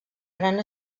gran